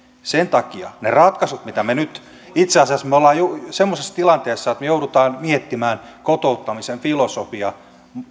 sen takia niiden ratkaisujen osalta mitä me nyt teemme itse asiassa me olemme semmoisessa tilanteessa että me joudumme miettimään kotouttamisen filosofiaa